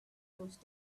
those